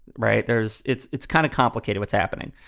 right. there's it's it's kind of complicated what's happening.